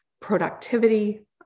productivity